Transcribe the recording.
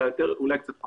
אולי יותר או פחות,